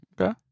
Okay